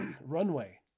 runway